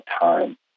time